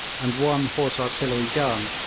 and one horse-artillery gun,